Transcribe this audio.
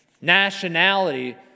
nationality